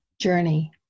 journey